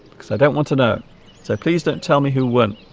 because i don't want to know so please don't tell me who weren't